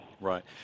Right